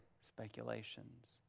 speculations